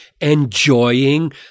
enjoying